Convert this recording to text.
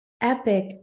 epic